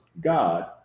god